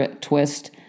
twist